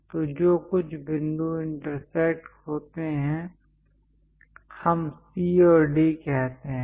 तो जो कुछ बिंदु इंटरसेक्ट होते हैं हम C और D कहते हैं